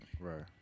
Right